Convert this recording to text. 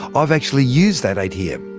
i've actually used that atm.